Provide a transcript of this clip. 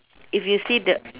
if you see the